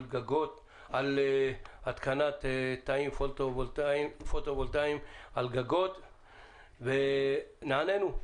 התקנת תאים פוטו-וולטאים על גגות ונענינו.